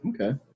okay